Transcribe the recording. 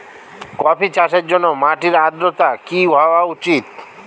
Coffee চাষের জন্য মাটির আর্দ্রতা কি হওয়া উচিৎ?